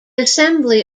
assembly